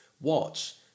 watch